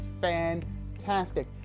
fantastic